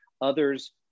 others